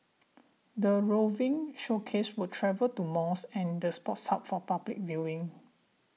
the roving showcase will travel to malls and the Sports Hub for public viewing